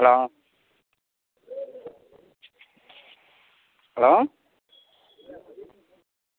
hello hello